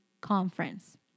conference